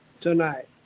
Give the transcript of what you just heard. tonight